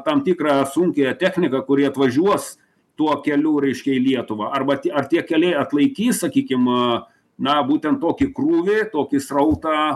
tam tikrą sunkiąją techniką kurie atvažiuos tuo keliu reiškia į lietuvą arba tie ar tie keliai atlaikys sakykim na būtent tokį krūvį tokį srautą